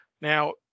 Now